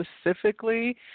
specifically